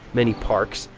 many parks,